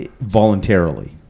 voluntarily